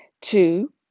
Two